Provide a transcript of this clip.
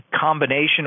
combination